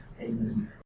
amen